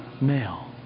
male